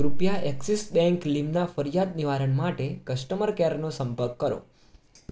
કૃપયા Axis bank લીમના ફરિયાદ નિવારણ માટે કસ્ટમર કેરનો સંપર્ક કરો